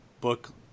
book